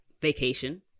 vacation